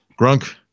Grunk